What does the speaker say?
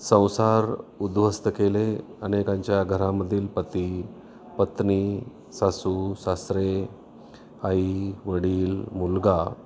संसार उद्ध्वस्त केले अनेकांच्या घरामधील पती पत्नी सासू सासरे आई वडील मुलगा